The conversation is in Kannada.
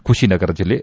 ಖುಷಿನಗರ ಜಿಲ್ಲೆ